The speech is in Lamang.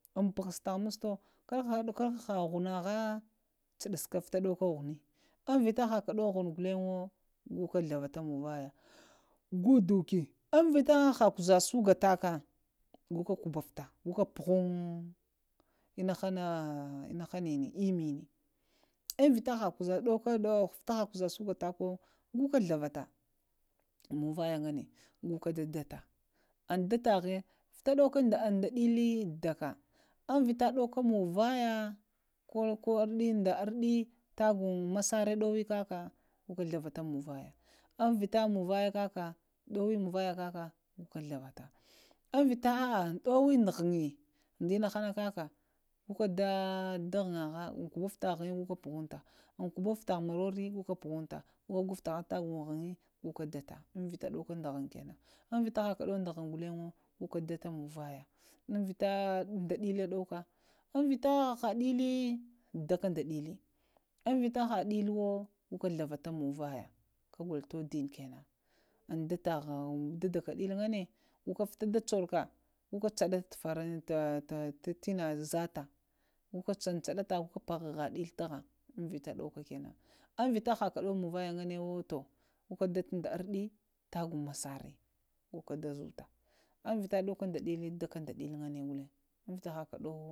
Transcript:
Ŋ puhufta ha mogto laa haha ghunava tsudufta vita ɗowoka ghna, aemata haka ɗowo ghuno daka munŋ vaya, ŋ vita haha ku za suga taka goka kuvufta, goka pughuŋ inamai əmminə, vita ha kuza suga takayo sa ghlavaka munvaya ghane da datah dataze, kunda da ɗələ daka, ŋ vita ɗowaka munvaya da ərdə tagun da ma sare ɗoweyo daka, ŋata munvaye kaka warka ghavata, vita ahh, ɗowe da ghne da innaha nakaka goka da goro ghnava goka puhanta, ghfta da morore goka dadata, ŋ vita ɗowuka da ghne kenan, vita haka ɗowo da ghne ghulnewone goka data munvaye am-vita da ɗili kaka, ŋ vitah haha ɗili daka da dili ŋ vita ha ɗiliwo diliwo goka ghlavata munz nunʒvyə, kagolo todənə kananə dataha, dadaka dələ ghgane goka da cuɗuka tina zafa goka cinciɗata ya ɗələ ta ghn vita haka ɗowo maŋ vaya ngane, go to goka da ərdəda masərə goka da zuta amŋ wta ɗowaka da dələ nghane ghulng.